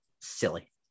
silly